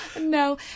No